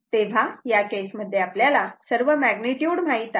तेव्हा या केस मध्ये आपल्याला सर्व मॅग्निट्युड माहीत आहेत